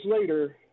later